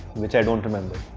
which i don't remember.